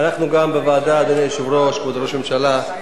אדוני היושב-ראש, כבוד ראש הממשלה,